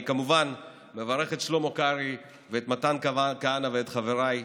אני כמובן מברך את שלמה קרעי ואת מתן כהנא ואת חבריי,